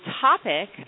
topic